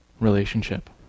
relationship